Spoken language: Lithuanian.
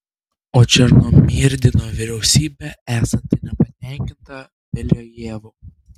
o černomyrdino vyriausybė esanti nepatenkinta beliajevu